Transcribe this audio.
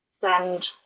send